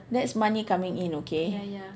that's money coming in okay